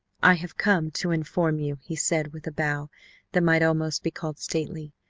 i have come to inform you, he said with a bow that might almost be called stately,